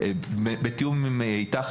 בתיאום אתך,